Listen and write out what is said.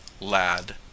lad